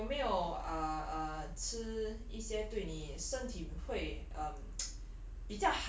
你有没有 err err 吃一些对你身体会 um